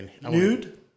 Nude